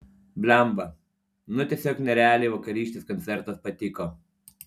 blemba nu tiesiog nerealiai vakarykštis koncertas patiko